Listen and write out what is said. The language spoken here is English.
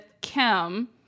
Kim